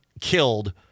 killed